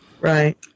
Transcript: Right